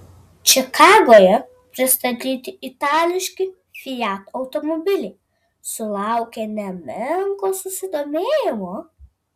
čikagoje pristatyti itališki fiat automobiliai sulaukė nemenko susidomėjimo